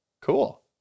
cool